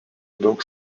daug